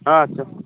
ᱟᱪᱪᱷᱟ